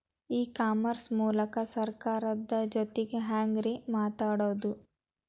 E commerce ಮೂಲಕ ಸರ್ಕಾರದ ಜೊತಿಗೆ ಹ್ಯಾಂಗ್ ರೇ ಮಾತಾಡೋದು?